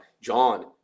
John